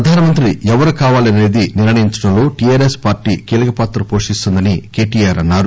ప్రధానమంత్రి ఎవరు కావాలనేది నిర్ణయించడంలో టిఆర్ఎస్ పార్టీ కీలకపాత్ర పోషిస్తుందని కెటిఆర్ అన్నా రు